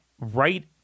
right